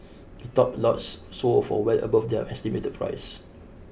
the top lots sold for well above their estimated price